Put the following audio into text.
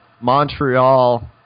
Montreal